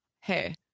hey